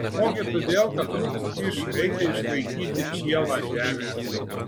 ogi todėl kad trūks plyš reikia išlaikyti čielą žemę